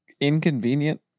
inconvenient